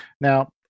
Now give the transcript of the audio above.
Now